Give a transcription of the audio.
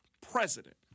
president